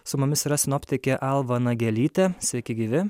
su mumis yra sinoptikė alva nagelytė sveiki gyvi